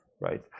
right